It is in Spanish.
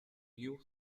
new